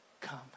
come